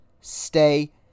stay